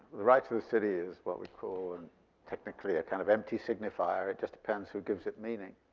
right to the city is what we call and technically a kind of empty signifier. it just depends who gives it meaning.